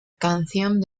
canción